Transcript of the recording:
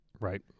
right